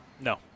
No